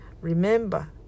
Remember